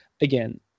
Again